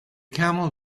camel